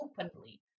openly